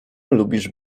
lubisz